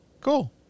Cool